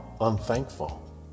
unthankful